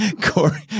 Corey